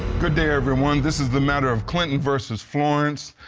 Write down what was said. good day, everyone. this is the matter of clinton versus florence.